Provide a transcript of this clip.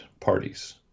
parties